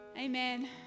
Amen